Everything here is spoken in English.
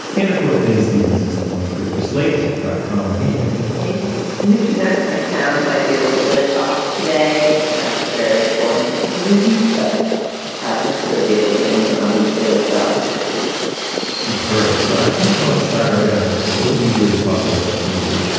and of course, dana stevens is the film critic for slate dot com. hey, dana. hey there we should note that my sound might be a little bit off today and after various boring technical reasons, but hopefully i'll be able to hear me and i'll be clear about it superb. so i think. let's dive right in. i'm so eager to talk about this movie.